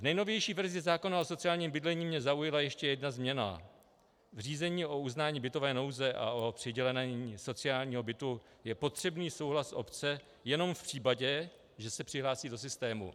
V nejnovější verzi zákona o sociálním bydlení mě zaujala ještě jedna změna v řízení o uznání bytové nouze a o přidělení sociálního bytu je potřebný souhlas obce jenom v případě, že se přihlásí do systému.